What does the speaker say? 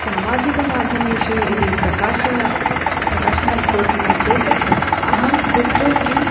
सामाजिकमाध्यमेषु यदि प्रकाशः प्रकाशनं कुर्मः चेत् अहं कुत्र किम्